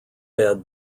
bed